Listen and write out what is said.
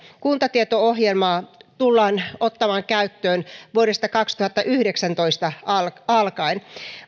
kuntatieto ohjelma tullaan ottamaan käyttöön vuodesta kaksituhattayhdeksäntoista alkaen alkaen